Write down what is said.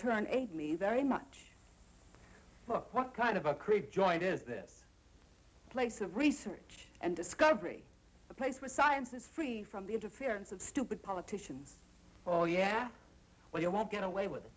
turn eight me very much but what kind of a creep joint is this place of research and discovery a place where science is free from the interference of stupid politicians oh yeah well you won't get away with